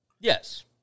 Yes